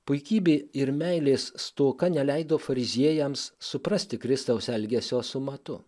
puikybė ir meilės stoka neleido fariziejams suprasti kristaus elgesio su matu